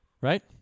right